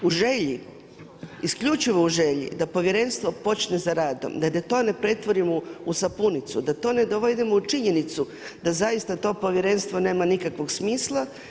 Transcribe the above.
U želji, isključivo u želji da povjerenstvo počne s radom, da to ne pretvorimo u sapunicu, da to ne dovedemo u činjenicu, da zaista to povjerenstvo nema nikakvog smisla.